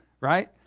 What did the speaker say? right